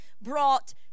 brought